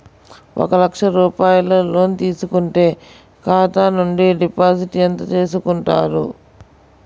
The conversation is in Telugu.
ఒక లక్ష రూపాయలు లోన్ తీసుకుంటే ఖాతా నుండి డిపాజిట్ ఎంత చేసుకుంటారు?